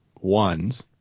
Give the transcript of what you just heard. ones